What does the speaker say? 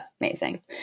amazing